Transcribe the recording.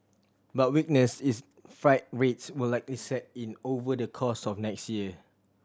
but weakness is freight rates will likely set in over the course of next year